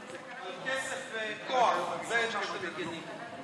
על כסף וכוח, על זה אתם מגינים.